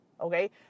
Okay